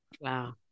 wow